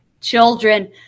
children